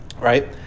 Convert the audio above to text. right